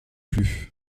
plus